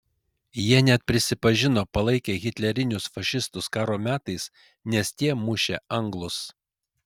jie net prisipažino palaikę hitlerinius fašistus karo metais nes tie mušę anglus